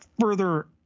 further